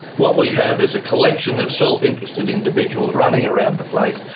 what we have is a collection of self-interested individuals running around the place,